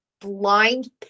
blind